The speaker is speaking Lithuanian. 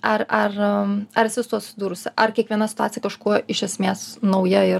ar ar ar esi su tuo susidūrusi ar kiekviena situacija kažkuo iš esmės nauja ir